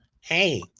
hey